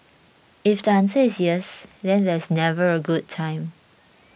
if the answer is yes then there's never a good time